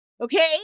okay